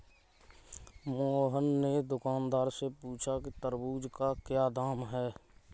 मोहन ने दुकानदार से पूछा कि तरबूज़ का क्या दाम है?